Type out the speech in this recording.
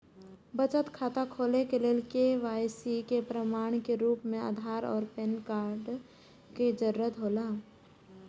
बचत खाता खोले के लेल के.वाइ.सी के प्रमाण के रूप में आधार और पैन कार्ड के जरूरत हौला